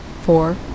Four